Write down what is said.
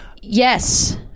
Yes